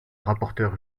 rapporteur